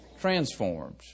Transformed